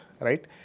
right